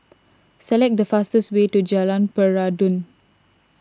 select the fastest way to Jalan Peradun